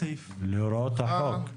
להוראות החוק.